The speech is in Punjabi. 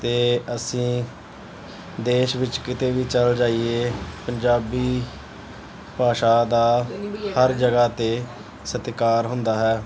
ਅਤੇ ਅਸੀਂ ਦੇਸ਼ ਵਿੱਚ ਕਿਤੇ ਵੀ ਚਲ ਜਾਈਏ ਪੰਜਾਬੀ ਭਾਸ਼ਾ ਦਾ ਹਰ ਜਗ੍ਹਾ 'ਤੇ ਸਤਿਕਾਰ ਹੁੰਦਾ ਹੈ